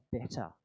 better